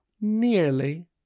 nearly